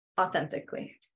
authentically